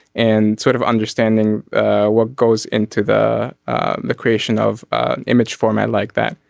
and sort of understanding what goes into the ah the creation of an image format like that.